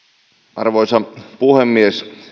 arvoisa puhemies